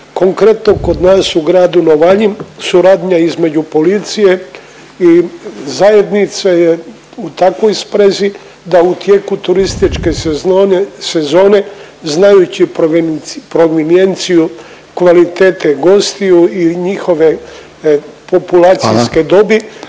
Konkretno kod nas u gradu Novalji suradnja između policije i zajednice je u takvoj sprezi da u tijeku turističke sezone znajući prominijenciju kvalitete gostiju i njihove populacijske dobi…